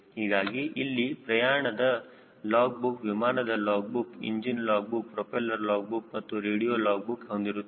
ಹೀಗಾಗಿ ಇಲ್ಲಿ ಪ್ರಯಾಣದ ಲಾಗ್ ಬುಕ್ ವಿಮಾನದ log book engine log book propeller log book ಮತ್ತು ರೇಡಿಯೋ ಲಾಗ್ ಬುಕ್ ಹೊಂದಿರುತ್ತೇವೆ